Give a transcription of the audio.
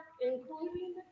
including